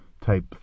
type